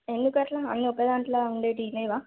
ఎందుకు అట్లా అన్నీ ఒక దాంట్లో ఉండేవి లేవా